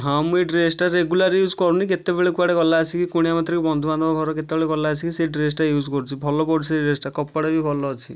ହଁ ମୁଁ ଏ ଡ୍ରେସଟା ରେଗୁଲାର ୟୁଜ କରୁନି କେତେବେଳେ କୁଆଡ଼େ ଗଲା ଆସିକି କୁଣିଆମୈତ୍ର ବନ୍ଧୁ ବାନ୍ଧବ ଘର କେତେବେଳେ ଗଲା ଆସିକି ସେ ଡ୍ରେସଟା ୟୁଜ କରୁଛି ଭଲ ପଡ଼ୁଛି ସେ ଡ୍ରେସଟା କପଡ଼ା ବି ଭଲ ଅଛି